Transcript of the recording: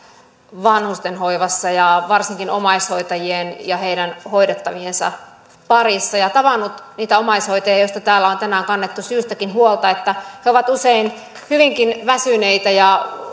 vanhustenhoivassa ja varsinkin omaishoitajien ja heidän hoidettaviensa parissa ja tavannut omaishoitajia joista täällä on kannettu syystäkin huolta he ovat usein hyvinkin väsyneitä ja